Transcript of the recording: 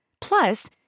plus